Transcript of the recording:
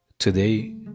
Today